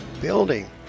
Building